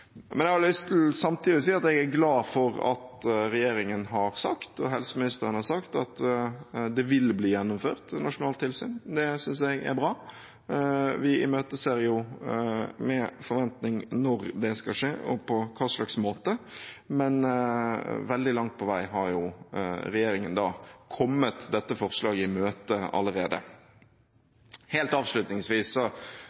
Jeg har samtidig lyst til å si at jeg er glad for at regjeringen har sagt, og helseministeren har sagt, at det vil bli gjennomført nasjonalt tilsyn. Det synes jeg er bra. Vi imøteser med forventning når det skal skje, og på hva slags måte. Men veldig langt på vei har jo regjeringen kommet dette forslaget i møte allerede.